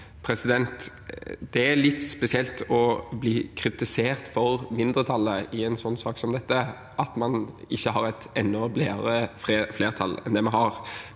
Det er litt spesielt å bli kritisert fra mindretallet i en sak som dette for at man ikke har et enda bredere flertall enn det vi har.